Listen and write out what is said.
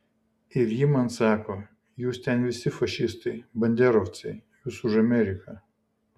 ir ji man sako jūs ten visi fašistai banderovcai jūs už ameriką